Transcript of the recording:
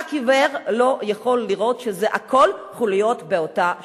רק עיוור לא יכול לראות שהכול חוליות באותה שרשרת.